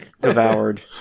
devoured